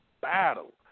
battle